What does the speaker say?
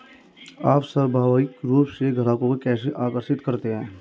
आप स्वाभाविक रूप से ग्राहकों को कैसे आकर्षित करते हैं?